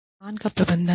अपमान का प्रबंधन